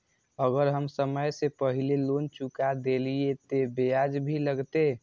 अगर हम समय से पहले लोन चुका देलीय ते ब्याज भी लगते?